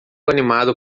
animado